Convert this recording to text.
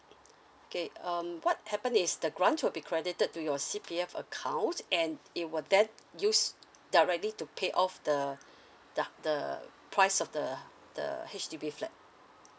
okay um what happen is the grant will be credited to your C_P_F accounts and it will then use directly to pay off the thah~ the price of the the H_D_B flat